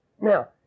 Now